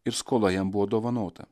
ir skola jam buvo dovanota